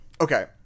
Okay